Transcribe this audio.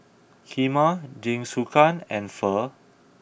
Kheema Jingisukan and Pho